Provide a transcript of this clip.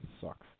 sucks